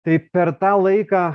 tai per tą laiką